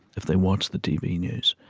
if they watch the tv news